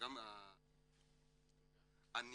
אני